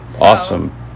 awesome